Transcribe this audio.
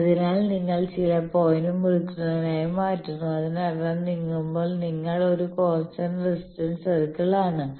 അതിനാൽ നിങ്ങൾ ചില പോയിന്റ് മുറിക്കുന്നതിനായി മാറ്റുന്നു അതിനർത്ഥം നീങ്ങുമ്പോൾ നിങ്ങൾ ഒരു കോൺസ്റ്റന്റ് റെസിസ്റ്റന്റ് സർക്കിളിൽ ആണ്